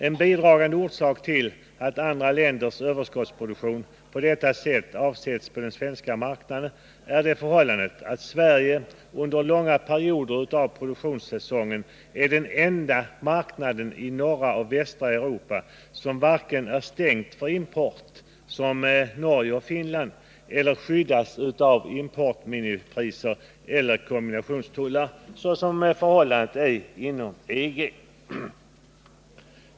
En bidragande orsak till att andra länders överskottsproduktion på detta sätt avsätts på den svenska marknaden är det förhållandet att Sverige under långa perioder av produktionssäsongen är den enda marknaden i norra och västra Europa som varken är stängd för import, som Norge och Finland, eller skyddas av importminipriser eller kombinationstullar, såsom förhållandet är inom EG.